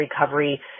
recovery